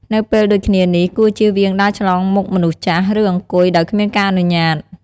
នៅពេលដូចគ្នានេះ គួរជៀសវាងដើរឆ្លងមុខមនុស្សចាស់ ឬ អង្គុយ ដោយគ្មានការអនុញ្ញាត។